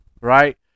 right